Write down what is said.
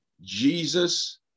Jesus